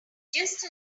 just